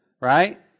right